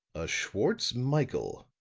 a schwartz-michael,